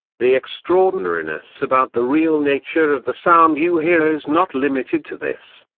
the extraordinariness about the real nature of the sound you hear is not limited to this.